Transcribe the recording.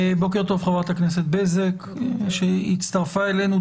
בוקר טוב חברת הכנסת בזק, שהצטרפה אלינו.